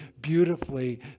beautifully